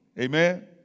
Amen